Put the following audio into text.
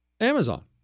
Amazon